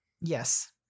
Yes